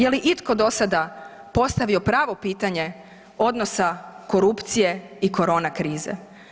Je li itko do sada postavio pravo pitanje odnosa korupcije i korona krize?